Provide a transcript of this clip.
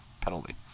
penalty